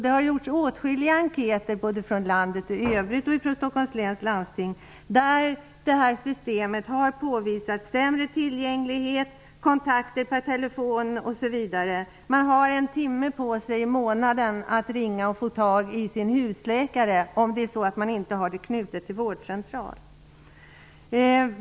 Det har gjorts åtskilliga enkätundersökningar, både i Stockholms läns landsting och i landet i övrigt, som påvisat sämre tillgänglighet med detta system vad gäller kontakter per telefon osv. Man har en timme i månaden på sig att ringa för att få tag på sin husläkare, om kontakten inte är knuten till en vårdcentral.